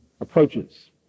approaches